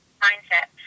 mindset